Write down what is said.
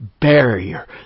barrier